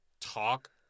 talk